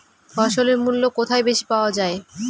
ফসলের মূল্য কোথায় বেশি পাওয়া যায়?